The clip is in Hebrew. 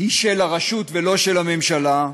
היא של הרשות ולא של הממשלה,